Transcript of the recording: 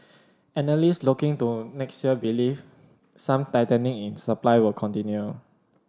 analysts looking to next year believe some tightening in supply will continue